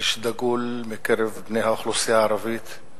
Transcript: איש דגול מקרב בני האוכלוסייה הערבית,